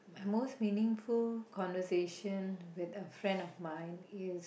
most meaningful conversation with a friend of mine is